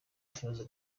kibazo